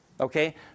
Okay